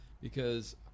because-